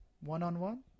one-on-one